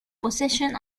possession